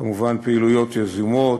כמובן פעילויות יזומות,